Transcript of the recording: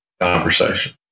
conversation